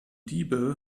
diebe